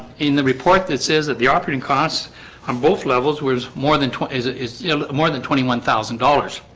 in the report that says that the operating costs on both levels, where's more than twenty is ah is more than twenty one thousand dollars